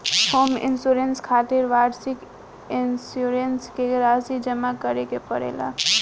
home insurance खातिर वार्षिक insurance के राशि जामा करे के पड़ेला